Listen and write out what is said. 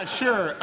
sure